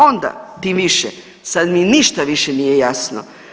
Onda tim više sad mi ništa više nije jasno.